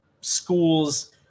schools